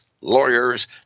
lawyers